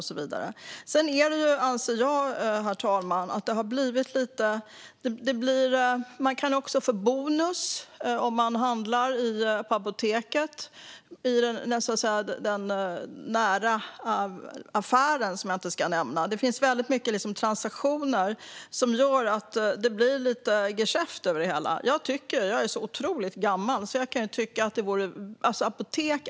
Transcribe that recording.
Om man handlar på apoteket kan man ibland också få bonus i affären intill. Det blir lite geschäft över det hela. Jag är så otroligt gammal att jag kan tycka att apotek är apotek.